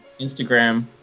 Instagram